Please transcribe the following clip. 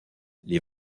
les